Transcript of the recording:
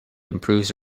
improves